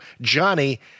Johnny